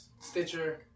Stitcher